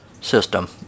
system